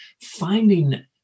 finding